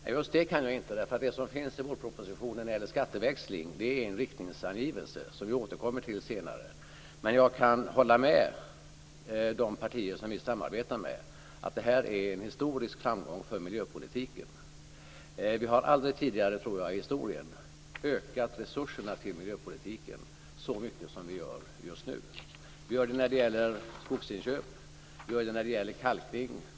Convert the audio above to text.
Fru talman! Det kan jag inte, därför att det som finns i vårpropositionen när det gäller skatteväxling är en riktningsangivelse som vi återkommer till senare. Men jag kan hålla med de partier som vi samarbetar med om att detta är en historisk framgång för miljöpolitiken. Jag tror att vi aldrig tidigare i historien har ökat resurserna till miljöpolitiken så mycket som vi gör just nu. Vi gör det när det gäller skogsinköp. Vi gör det när det gäller kalkning.